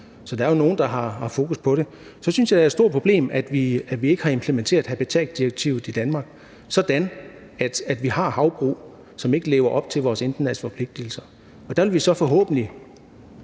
Så der er jo nogen, der har haft fokus på det. Så synes jeg, det er et stort problem, at vi ikke har implementeret habitatdirektivet i Danmark, så vi har havbrug, som ikke lever op til vores internationale forpligtigelser. Der vil vi forhåbentlig